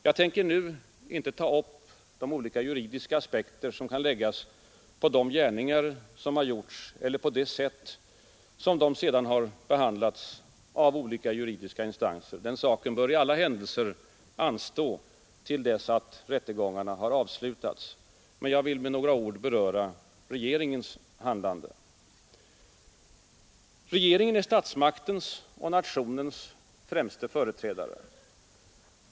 Jag tänker inte nu ta upp de olika juridiska aspekter som kan läggas på de gärningar som gjorts eller på det sätt på vilket dessa sedan har behandlats av olika juridiska instanser. Den saken bör i alla händelser anstå till dess att rättegångarna har avslutats. Men jag vill med några ord beröra regeringens handlande. Regeringen är statsmaktens och nationens främsta företrädare.